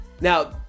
Now